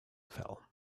fell